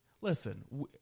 Listen